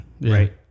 right